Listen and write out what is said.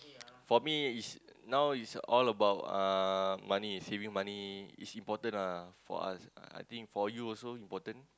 for me is now is all about uh money saving money it's important ah for us I think for you also important